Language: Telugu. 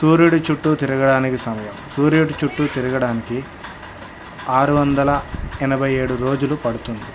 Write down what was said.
సూర్యుడు చుట్టు తిరగడానికి సమయం సూర్యుడు చుట్టూ తిరగడానికి ఆరు వందల ఎనభై ఏడు రోజులు పడుతుంది